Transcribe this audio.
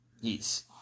Yes